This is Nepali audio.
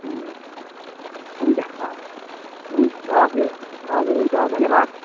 हुन्छ हुन्छ हुन्छ हवस् हुन्छ हजुर हजुर हुन्छ धन्यवाद